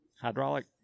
hydraulic